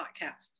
podcast